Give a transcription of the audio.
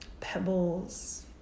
pebbles